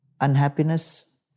unhappiness